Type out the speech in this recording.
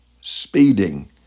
speeding